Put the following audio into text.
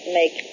make